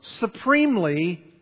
supremely